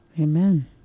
amen